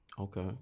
Okay